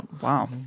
wow